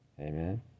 amen